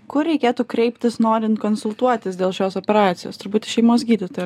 kur reikėtų kreiptis norint konsultuotis dėl šios operacijos turbūt į šeimos gydytoją